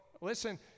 listen